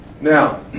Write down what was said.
Now